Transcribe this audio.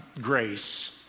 grace